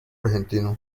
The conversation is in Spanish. argentino